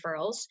referrals